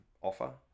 offer